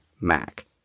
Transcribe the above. Mac